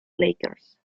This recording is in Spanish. lakers